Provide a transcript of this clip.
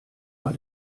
war